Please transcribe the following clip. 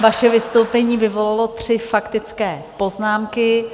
Vaše vystoupení vyvolalo tři faktické poznámky.